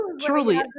Truly